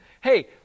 Hey